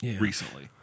Recently